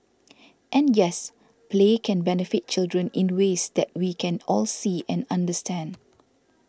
and yes play can benefit children in ways that we can all see and understand